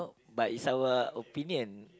but it's our opinion